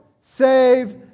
save